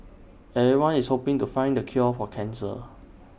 everyone is hoping to find the cure for cancer